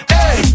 Hey